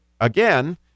again